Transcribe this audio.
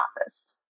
office